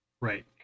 Right